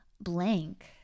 blank